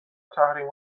تحریم